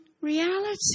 reality